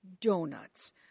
donuts